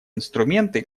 инструменты